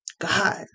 God